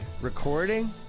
Recording